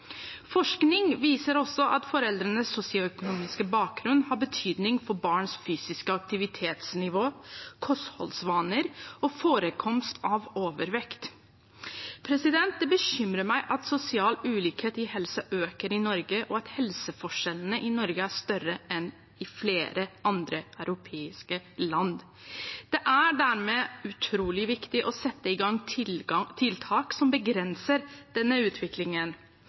Forskning viser også at foreldrenes sosioøkonomiske bakgrunn har betydning for barns fysiske aktivitetsnivå, kostholdsvaner og forekomst av overvekt. Det bekymrer meg at sosial ulikhet i helse øker i Norge, og at helseforskjellene i Norge er større enn i flere andre europeiske land. Det er dermed utrolig viktig å sette i gang tiltak som begrenser denne utviklingen.